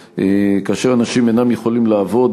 כאשר אנשים אינם יכולים לעבוד,